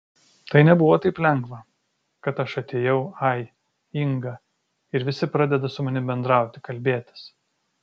tai nebuvo taip lengva kad aš atėjau ai inga ir visi pradeda su mani bendrauti kalbėtis